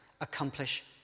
accomplish